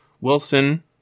Wilson